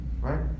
right